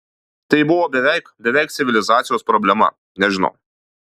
tai buvo beveik beveik civilizacijos problema nežinau